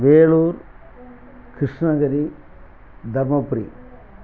Vellore Krishnagiri Dharmapuri